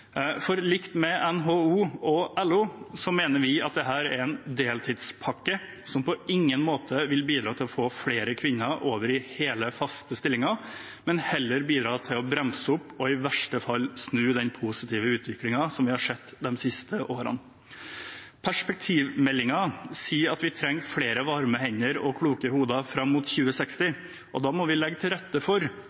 med NHO og LO mener vi at dette er en deltidspakke som på ingen måte vil bidra til å få flere kvinner over i hele faste stillinger, men heller bidra til å bremse opp og i verste fall snu den positive utviklingen vi har sett de siste årene. Perspektivmeldingen sier at vi trenger flere varme hender og kloke hoder fram mot 2060, og da må vi legge til rette for